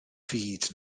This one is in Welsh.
fyd